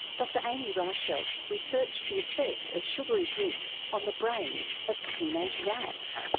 dr amy reichelt researched the effect of sugary drinks on the brains of teenage rats.